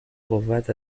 قوت